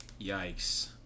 Yikes